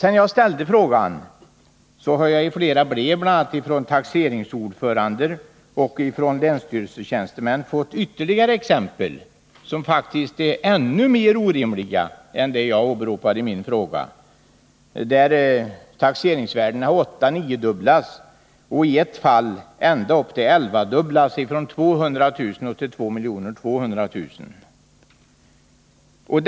Sedan jag ställde frågan har jag i flera brev, bl.a. från taxeringsordförande och från länsstyrelsetjänstemän, fått ytterligare exempel, som faktiskt visar att det kan vara ännu mer orimligt än i det fall jag åberopade i min fråga. Det förekommer fall där taxeringsvärdena 8 eller 9-dubblats. I ett fall har taxeringsvärdet 11-dubblats, från 200 000 till 2 200 000 kr.